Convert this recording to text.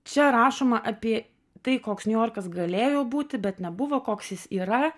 čia rašoma apie tai koks niujorkas galėjo būti bet nebuvo koks jis yra